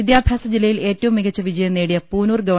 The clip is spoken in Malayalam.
വിദ്യാഭ്യാസ ജില്ലയിൽ ഏറ്റവും മികച്ച വിജയം നേടിയ പൂനൂർ ഗ്വ